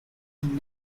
and